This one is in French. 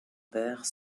père